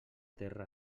terra